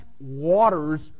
waters